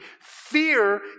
Fear